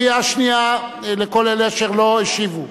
קריאה שנייה לכל אלה אשר לא השיבו.